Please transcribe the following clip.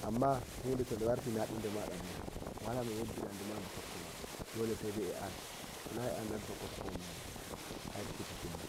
Amma hude toni warti naɗun ndemada bo wala noddi raduma ɗunma dole sai en an tona ehan hairu kuti kenanan